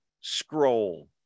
scroll